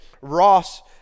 Ross